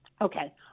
okay